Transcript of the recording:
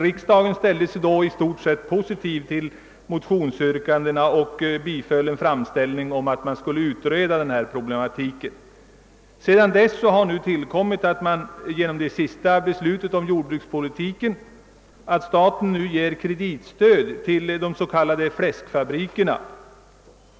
Riksdagen ställde sig på det hela taget positiv till motionsyrkandena och biföll en framställning om att problematiken skulle utredas. Genom det senaste beslutet rörande jordbrukspolitiken har den omständigheten tillkommit, att staten ger kreditstöd till de s.k. fläskfabrikerna.